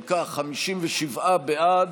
אם כך, 57 בעד,